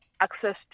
access